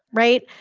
right?